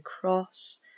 cross